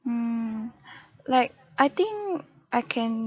mm like I think I can